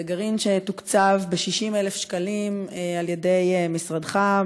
זה גרעין שתוקצב ב-60,000 שקלים על ידי משרדך,